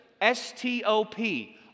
S-T-O-P